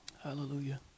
hallelujah